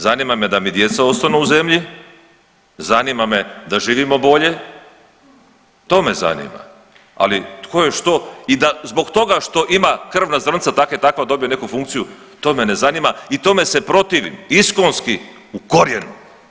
Zanima me da mi djeca ostanu u zemlji, zanima da živimo bolje, to me zanima, ali tko je što i da zbog toga što ima krvna zrnca takva i takva dobije neku funkciju to me ne zanima i tome se protivim iskonski u korijenu.